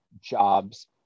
jobs